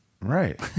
Right